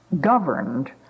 governed